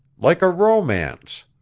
like a romance.